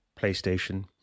PlayStation